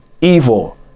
evil